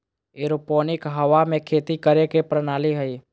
aeroponic हवा में खेती करे के प्रणाली हइ